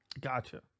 Gotcha